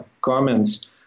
comments